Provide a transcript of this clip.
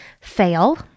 fail